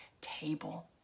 table